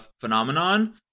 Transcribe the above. phenomenon